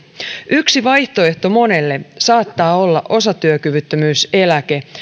yksi vaihtoehto monelle saattaa olla osatyökyvyttömyyseläke